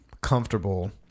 comfortable